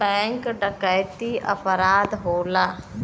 bank डकैती अपराध होला